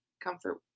comfort